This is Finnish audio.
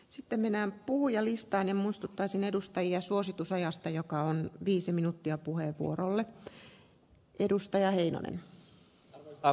sitten mennään puhujalistaan emusta tai sen edustajia suositusrajasta joka on nyt viisi minuuttia arvoisa puhemies